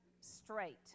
straight